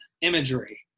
imagery